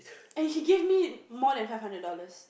and he gave me more than five hundred dollars